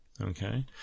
Okay